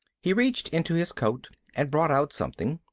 he reached into his coat and brought out something.